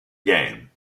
game